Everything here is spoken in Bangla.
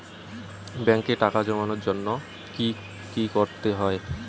ব্যাংকে টাকা জমানোর জন্য কি কি করতে হয়?